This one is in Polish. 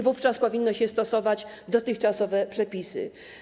Wówczas powinno się stosować dotychczasowe przepisy.